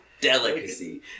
delicacy